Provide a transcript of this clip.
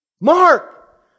Mark